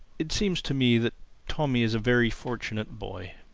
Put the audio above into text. it seems to me that tommy is a very fortunate boy.